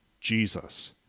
Jesus